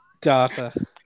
data